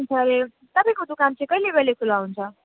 के भन्छ अरे तपाईँको दोकान चाहिँ कहिले कहिले खुला हुन्छ